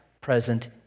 present